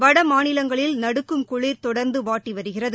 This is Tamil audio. வட மாநிலங்களில் நடுக்கும் குளிர் தொடர்ந்து வாட்டி வருகிறது